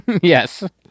Yes